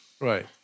right